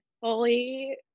fully